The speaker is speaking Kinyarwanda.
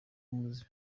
umuze